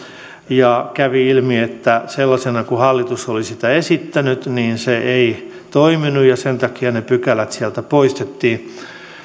ja kävi ilmi että sellaisena kuin hallitus oli sitä esittänyt se ei toiminut ja sen takia ne pykälät sieltä poistettiin